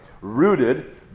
Rooted